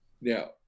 Now